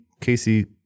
Casey